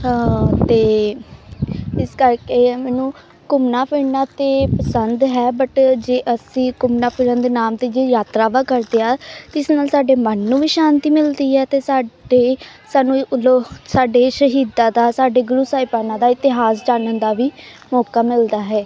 ਅਤੇ ਇਸ ਕਰਕੇ ਇਹ ਹੈ ਮੈਨੂੰ ਘੁੰਮਣਾ ਫਿਰਨਾ ਤਾਂ ਪਸੰਦ ਹੈ ਬਟ ਜੇ ਅਸੀਂ ਘੁੰਮਣਾ ਫਿਰਨ ਦੇ ਨਾਮ 'ਤੇ ਜੋ ਯਾਤਰਾਵਾਂ ਕਰਦੇ ਹਾਂ ਤਾਂ ਇਸ ਨਾਲ ਸਾਡੇ ਮਨ ਨੂੰ ਵੀ ਸ਼ਾਂਤੀ ਮਿਲਦੀ ਹੈ ਅਤੇ ਸਾਡੇ ਸਾਨੂੰ ਉਦੋਂ ਸਾਡੇ ਸ਼ਹੀਦਾਂ ਦਾ ਸਾਡੇ ਗੁਰੂ ਸਾਹਿਬਾਨਾਂ ਦਾ ਇਤਿਹਾਸ ਜਾਨਣ ਦਾ ਵੀ ਮੌਕਾ ਮਿਲਦਾ ਹੈ